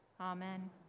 amen